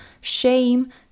shame